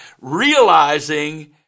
realizing